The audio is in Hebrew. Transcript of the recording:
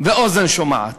ואוזן שומעת,